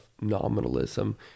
nominalism